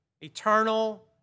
eternal